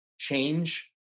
Change